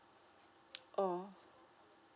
orh